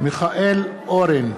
מיכאל אורן,